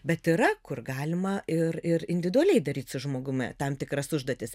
bet yra kur galima ir ir individualiai daryt su žmogumi tam tikras užduotis